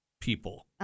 people